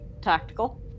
tactical